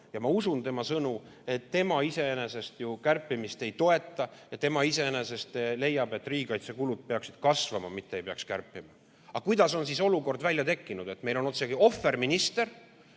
ja ma usun tema sõnu, et tema iseenesest ju kärpimist ei toeta ja tema leiab, et riigikaitsekulud peaksid kasvama, mitte ei peaks neid kärpima. Aga kuidas on siis see olukord tekkinud, et meil on otsekui ohverminister,